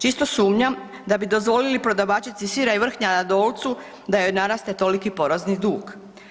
Čisto sumnjam da bi dozvolili prodavačici sira i vrhnja na Dolcu da joj naraste toliki porezni dug.